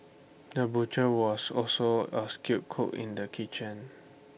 the butcher was also A skilled cook in the kitchen